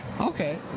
Okay